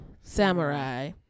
samurai